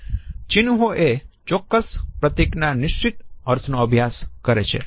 ચિન્હો એ ચોક્કસ પ્રતિકના નિશ્ચિત અર્થનો અભ્યાસ કરે છે